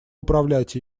управлять